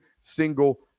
single